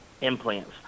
implants